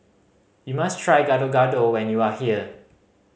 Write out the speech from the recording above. you must try Gado Gado when you are here